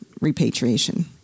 repatriation